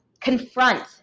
confront